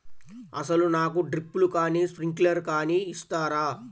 అసలు నాకు డ్రిప్లు కానీ స్ప్రింక్లర్ కానీ ఇస్తారా?